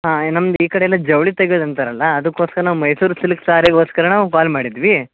ಹಾಂ ಎ ನಮ್ದು ಈ ಕಡೆ ಎಲ್ಲ ಜವಳಿ ತೆಗೆಯೋದು ಅಂತಾರಲ್ಲ ಅದುಕ್ಕೋಸ್ಕರ ನಾವು ಮೈಸೂರ್ ಸಿಲ್ಕ್ ಸಾರಿಗೋಸ್ಕರ ನಾವು ಕಾಲ್ ಮಾಡಿದ್ವಿ